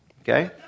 okay